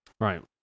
right